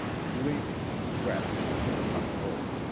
gleaming with wet from their hot work,